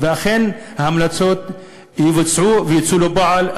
ושאכן ההמלצות יבוצעו ויצאו לפועל.